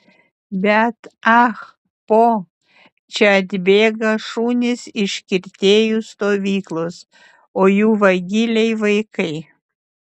bet ah po čia atbėga šunys iš kirtėjų stovyklos o jų vagiliai vaikai